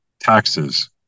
taxes